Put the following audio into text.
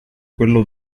quello